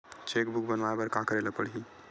Cheque book बनवाय बर का करे ल पड़हि?